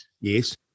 Yes